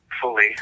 fully